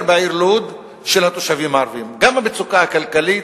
של התושבים הערבים בעיר לוד: גם המצוקה הכלכלית,